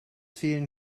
fehlen